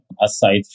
Aside